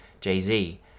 jay-z